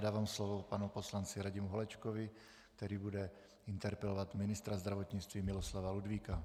Dávám slovu panu poslanci Radimu Holečkovi, který bude interpelovat ministra zdravotnictví Miloslava Ludvíka.